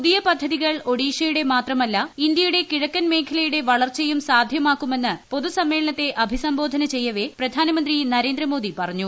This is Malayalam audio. പുതിയ പദ്ധതികൾ ഒഡീഷയുടെ മാത്രമല്ല ഇന്ത്യയുടെ കിഴക്കൻ മേഖലയുടെ വളർച്ചയും സാധ്യമാക്കുമെന്ന് പൊതു സമ്മേളനത്തെ അഭിസംബോധന ചെയ്യവെ പ്രധാനമന്ത്രി നരേന്ദ്ര മോദി പറഞ്ഞു